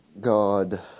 god